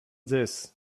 this